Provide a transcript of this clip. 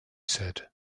said